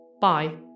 Bye